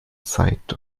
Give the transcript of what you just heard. zeit